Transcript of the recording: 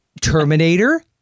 Terminator